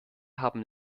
haben